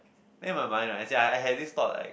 then in my mind right as in I I have this thought like